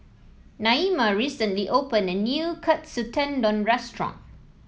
Naima recently open a new Katsu Tendon Restaurant